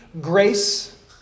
grace